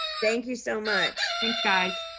thank you so much. thanks guys.